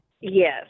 Yes